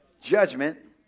judgment